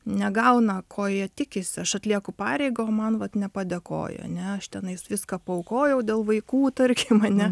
negauna ko jie tikisi aš atlieku pareigą o man vat nepadėkojo ane aš tenais viską paaukojau dėl vaikų tarkim ane